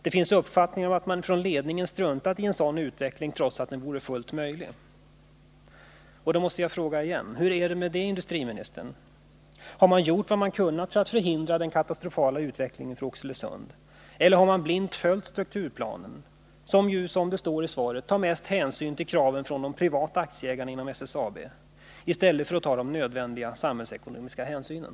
Det finns uppfattningar om att man från ledningens sida struntat i en sådan utveckling, trots att den vore fullt möjligt. Då måste jag fråga igen: Hur är det med det, industriministern? Har man gjort vad man kunnat för att förhindra den katastrofala utvecklingen för Oxelösund eller har man blint följt strukturplanen, vilken, som det sägs i svaret, tar mest hänsyn till kraven från de privata aktieägarna inom SSAB, i stället för att ta de nödvändiga samhällsekonomiska hänsynen?